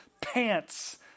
pants